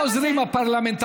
כל העוזרים הפרלמנטרים.